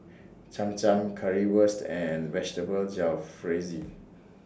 Cham Cham Currywurst and Vegetable Jalfrezi